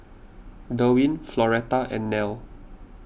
Derwin Floretta and Nelle